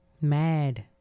mad